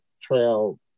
trail